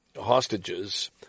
hostages